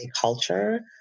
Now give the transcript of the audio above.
culture